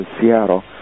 Seattle